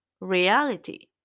reality